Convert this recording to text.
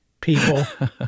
people